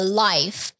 life